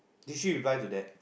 did she reply to that